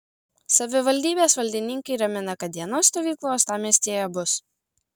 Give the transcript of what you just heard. savivaldybės valdininkai ramina kad dienos stovyklų uostamiestyje bus